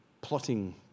plotting